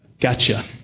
Gotcha